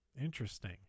interesting